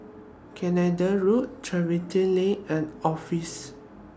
Canada Road Tiverton Lane and Office Road